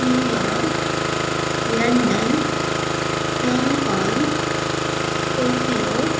New York London Hong Kong Tokyo